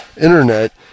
internet